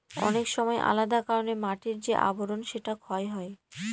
অনেক সময় আলাদা কারনে মাটির যে আবরন সেটা ক্ষয় হয়